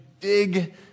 dig